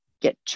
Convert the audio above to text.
get